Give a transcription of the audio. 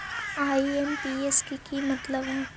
IMPS के कि मतलब है?